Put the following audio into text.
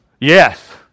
Yes